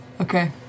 Okay